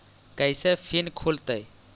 कैसे फिन खुल तय?